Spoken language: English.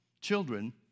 children